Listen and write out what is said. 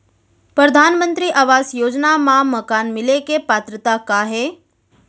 परधानमंतरी आवास योजना मा मकान मिले के पात्रता का हे?